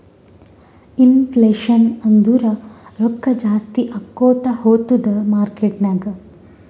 inflation ಅಂದುರ್ ರೊಕ್ಕಾ ಜಾಸ್ತಿ ಆಕೋತಾ ಹೊತ್ತುದ್ ಮಾರ್ಕೆಟ್ ನಾಗ್